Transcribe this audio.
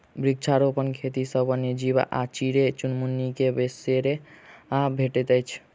वृक्षारोपण खेती सॅ वन्य जीव आ चिड़ै चुनमुनी के बसेरा भेटैत छै